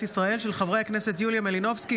חברי הכנסת יוליה מלינובסקי,